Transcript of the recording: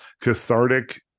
cathartic